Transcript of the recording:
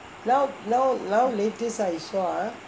now latest I saw ah